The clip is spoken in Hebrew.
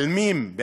עלמים.